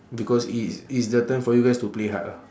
because it's it's the time for you guys to play hard lah